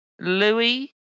Louis